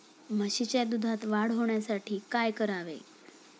म्हशीच्या दुधात वाढ होण्यासाठी काय करावे?